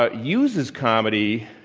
ah uses comedy,